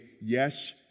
yes